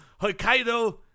Hokkaido